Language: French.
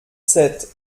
sept